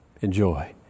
enjoy